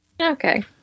Okay